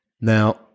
Now